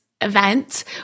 event